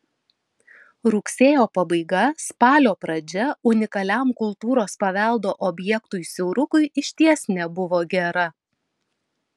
rugsėjo pabaiga spalio pradžia unikaliam kultūros paveldo objektui siaurukui išties nebuvo gera